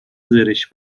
زرشک